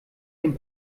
den